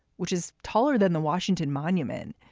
which is taller than the washington monument,